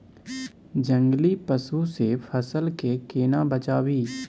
जंगली पसु से फसल के केना बचावी?